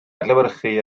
adlewyrchu